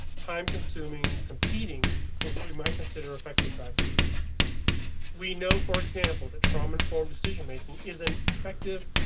time consuming. competing with, we might consider effective practices we know, for example, that trauma informed decision making is an effective.